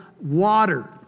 water